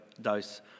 dose